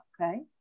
okay